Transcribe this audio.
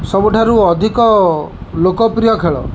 ସବୁଠାରୁ ଅଧିକ ଲୋକପ୍ରିୟ ଖେଳ